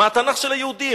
מהתנ"ך של היהודים.